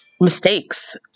mistakes